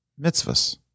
mitzvahs